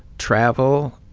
travel,